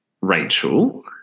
Rachel